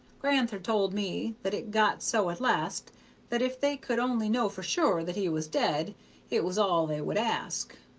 gran'ther told me that it got so at last that if they could only know for sure that he was dead it was all they would ask.